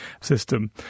system